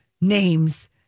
names